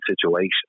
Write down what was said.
situation